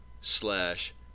slash